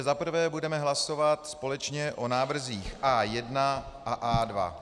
Za prvé budeme hlasovat společně o návrzích A1 a A2.